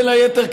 ובין היתר,